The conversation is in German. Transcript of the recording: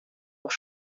auch